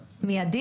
מיידי?